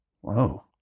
Whoa